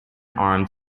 armed